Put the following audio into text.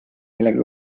millega